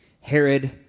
Herod